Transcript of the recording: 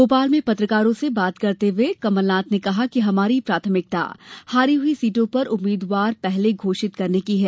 भोपाल में पत्रकारों से बात करते हुए कमलनाथ ने कहा कि हमारी प्राथमिकता हारी हुई सीटों पर उम्मीद्वार पहले घोषित करने की है